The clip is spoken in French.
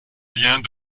liens